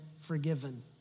forgiven